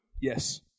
yes